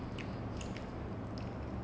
but in the end lah that are people like that